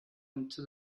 into